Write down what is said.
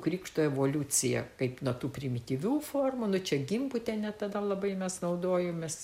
krikštų evoliuciją kaip nuo tų primityvių formų nu čia gimbutiene tada labai mes naudojomės